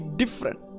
different